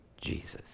Jesus